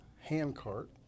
handcart